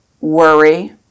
worry